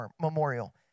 memorial